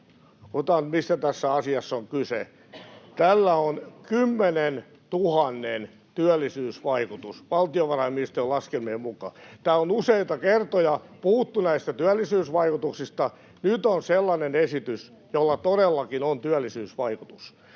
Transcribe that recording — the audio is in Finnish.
esiin, mistä tässä asiassa on kyse: tällä on 10 000:n työllisyysvaikutus valtiovarainministeriön laskelmien mukaan. Täällä on useita kertoja puhuttu näistä työllisyysvaikutuksista. Nyt on sellainen esitys, jolla todellakin on työllisyysvaikutus.